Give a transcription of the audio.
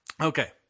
Okay